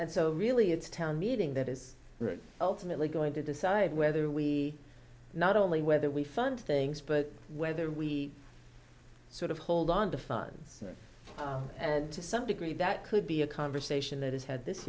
and so really it's town meeting that is ultimately going to decide whether we not only whether we fund things but whether we sort of hold on to fans and to some degree that could be a conversation that is had this